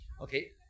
Okay